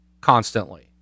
constantly